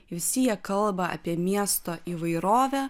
visi jie kalba apie miesto įvairovę